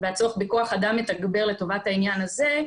והצורך בכוח אדם מתגבר לטובת העניין הזה,